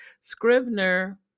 Scrivener